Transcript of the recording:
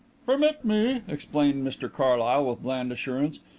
permit me, explained mr carlyle, with bland assurance.